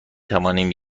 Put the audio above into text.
توانیم